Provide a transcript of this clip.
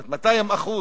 כלומר 200%,